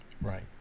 Right